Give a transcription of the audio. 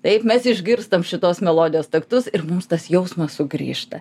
taip mes išgirstam šitos melodijos taktus ir mums tas jausmas sugrįžta